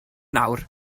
nawr